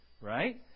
right